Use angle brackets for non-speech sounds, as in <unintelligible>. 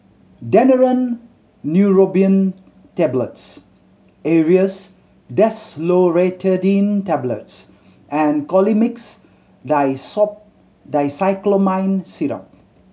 Daneuron Neurobion Tablets Aerius DesloratadineTablets and Colimix <unintelligible> Dicyclomine Syrup